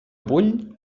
vull